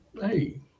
hey